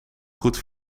goed